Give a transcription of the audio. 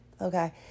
Okay